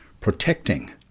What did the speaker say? protecting